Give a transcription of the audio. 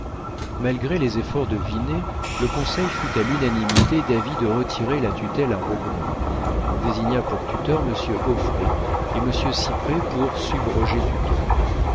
malgré les efforts de vinet le conseil fut à l'unanimité d'avis de retirer la tutelle à rogron on désigna pour tuteur monsieur auffray et monsieur ciprey pour subrogé-tuteur